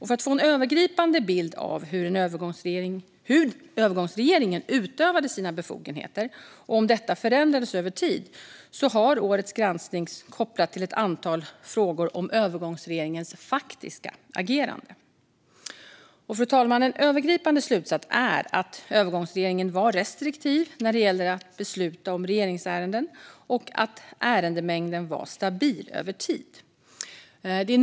För att få en övergripande bild av hur övergångsregeringen utövade sina befogenheter och om detta förändrades över tid har årets granskning kopplats till ett antal frågor om övergångsregeringens faktiska agerande. Fru talman! En övergripande slutsats är att övergångsregeringen var restriktiv när det gällde att besluta om regeringsärenden och att ärendemängden var stabil över tid.